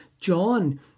John